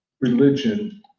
religion